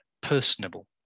personable